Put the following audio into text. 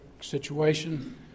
situation